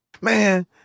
man